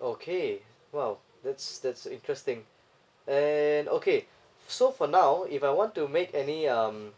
okay !wow! that's that's interesting and okay so for now if I want to make any um